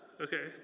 Okay